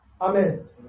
Amen